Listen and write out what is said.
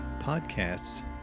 podcasts